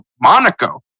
Monaco